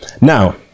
Now